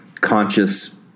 conscious